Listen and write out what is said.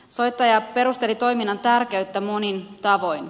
soittaja perusteli toiminnan tärkeyttä monin tavoin